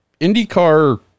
indycar